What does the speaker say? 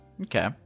Okay